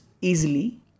easily